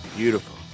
beautiful